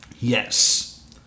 Yes